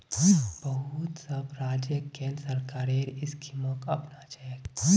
बहुत सब राज्य केंद्र सरकारेर स्कीमक अपनाछेक